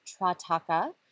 Trataka